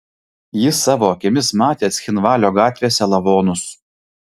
jis savo akimis matė cchinvalio gatvėse lavonus